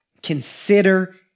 Consider